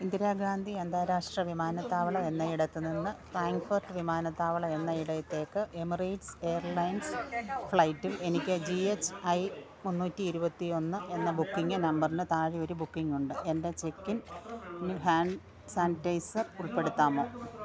ഇന്ദിരാഗാന്ധി അന്താരാഷ്ട്ര വിമാനത്താവളം എന്നയിടത്തുനിന്ന് ഫ്രാങ്ക്ഫർട്ട് വിമാനത്താവളം എന്നയിടത്തേക്ക് എമറേറ്റ്സ് എയർലൈൻസ് ഫ്ലൈറ്റിൽ എനിക്ക് ജി എച്ച് ഐ മുന്നൂറ്റി ഇരുപത്തി ഒന്ന് എന്ന ബുക്കിംഗ് നമ്പറിന് താഴെ ഒരു ബുക്കിംഗ് ഉണ്ട് എൻ്റെ ചെക്കിൻ ഹാൻഡ് സാനിറ്റൈസർ ഉൾപ്പെടുത്താമോ